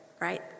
right